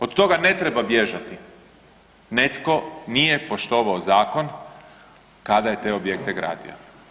Od toga ne treba bježati, netko nije poštovao zakon kada je te objekte gradio.